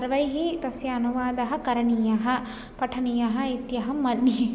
पठनार्थं सर्वैः तस्य अनुवादः करणीयः पठनीयः इत्यहं मन्ये